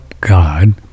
God